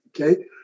Okay